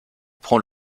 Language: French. prend